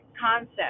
concept